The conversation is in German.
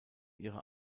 ihrer